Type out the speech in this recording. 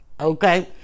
Okay